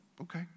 Okay